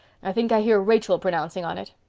i think i hear rachel pronouncing on it.